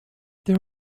there